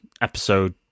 episode